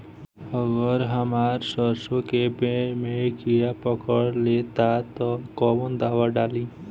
अगर हमार सरसो के पेड़ में किड़ा पकड़ ले ता तऽ कवन दावा डालि?